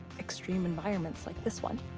extreme environments like this one.